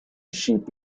sheep